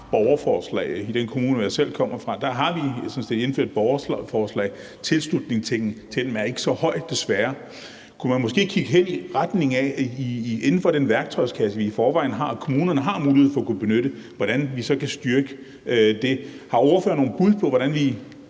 borgerforslag. I den kommune, jeg selv kommer fra, har vi sådan set indført borgerforslag. Tilslutningen til dem er ikke så høj, desværre. Kunne man måske kigge hen i retning af at se på, hvordan man inden for den værktøjskasse, kommunerne i forvejen har, og som kommunerne har mulighed for at kunne benytte, kan styrke det? Har ordføreren nogen bud på, hvordan vi